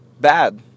bad